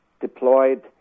deployed